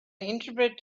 interpret